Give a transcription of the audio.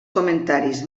comentaris